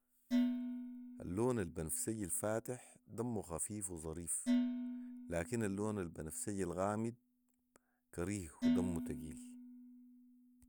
اللون البنفسجي الفاتح دمه خفيف وظريف لكن اللون البنفسجي الغامد كريه ودمه تقيل